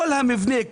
כל המבנה,